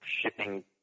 shipping